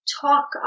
talk